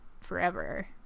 forever